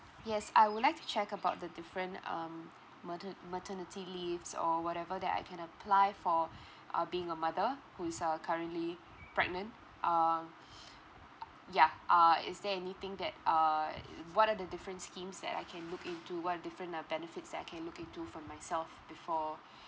yes I would like to check about the different um mater~ maternity leaves or whatever that I can apply for uh being a mother who is uh currently pregnant um yeah uh is there anything that uh what are the different schemes that I can look into what are the different uh benefits that I can look into for myself before